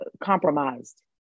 compromised